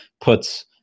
puts